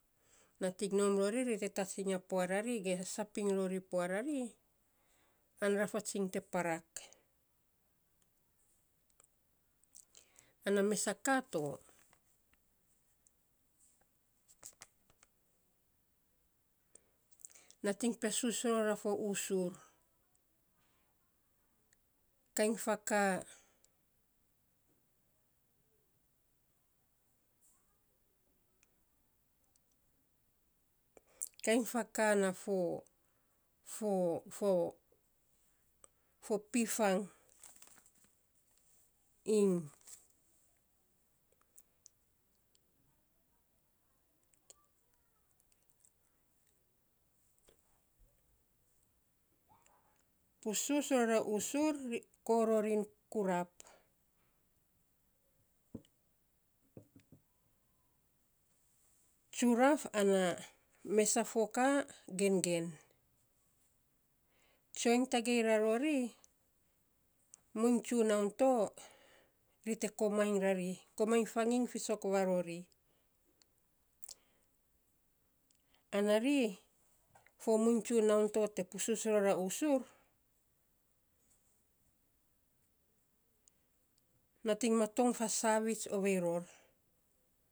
Nating nom rori, ri te tats iny ya pua rari ge sap iny rori pua rari, an rafatsiny te parak, ana mes a ka to nating pesus ror a fo usur, kain fakaa kain fakaa na fo fo fo fo pifang iny pusus ror a usur kororin kurap tsuraf ana mesa foka gengen. Tsoiny tagei rarori mouiny tsunaun to te komainy rari, komainy fiisok rarori ana ri fo muiny tsunaun to te pusus ror a usur nating motom fa savir ovei ror.